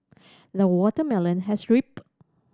the watermelon has ripened